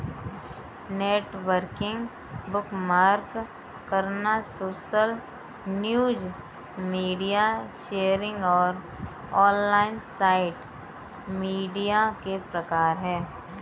networking, bookmark करना, social news, media sharing और online site media के प्रकार हैं